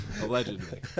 Allegedly